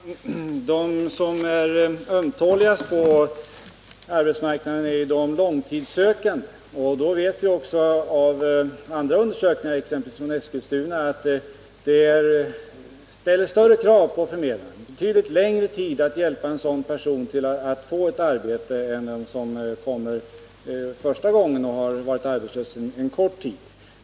Nr 422 Herr talman! De som är ömtåligast på arbetsmarknaden är de långtidssökande. Av andra undersökningar, exempelvis från Eskilstuna, vet vi att de ställer större krav på förmedlaren. Det tar betydligt längre tid att hjälpa en sådan person att få ett arbete än en som kommer för första gången och som har varit arbetslös en kort tid.